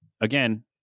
again